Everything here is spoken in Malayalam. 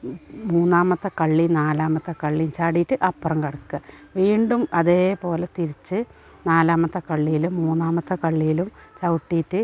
മൂന്നാമത്തെ കള്ളി നാലാമത്തെ കള്ളിയും ചാടിയിട്ട് അപ്പുറം കടക്കുക വീണ്ടും അതേപോലെ തിരിച്ചു നാലാമത്തെ കള്ളിയിലും മൂന്നാമത്തെ കള്ളിയിലും ചവിട്ടിയിട്ട്